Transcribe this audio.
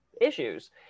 issues